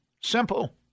Simple